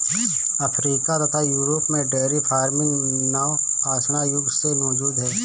Africa तथा Europe में dairy farming नवपाषाण युग से मौजूद है